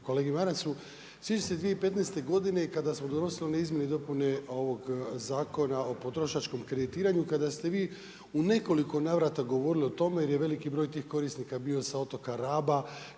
kolegi Marasu, sjećam se 2015. godine kada smo donosili one izmjene i dopune ovog Zakona o potrošačkom kreditiranju, kada ste vi u nekoliko navrata govorili o tome, jer je veliki broj tih korisnika bio sa otoka Raba,